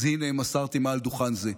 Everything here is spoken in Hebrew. אז הינה, מסרתי מעל דוכן זה.